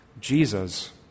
Jesus